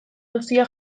dosia